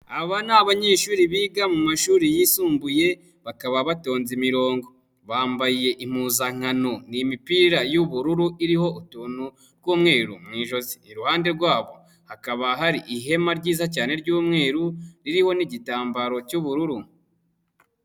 Aba ni abanyeshuri biga mu mashuri yisumbuye bakaba batonze imirongo, bambaye impuzankano ni imipira y'ubururu iriho utuntu tw'umweru mu ijosi, iruhande rwabo hakaba hari ihema ryiza cyane ry'umweru ririho n'igitambaro cy'ubururu.